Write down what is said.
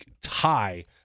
tie